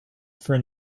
for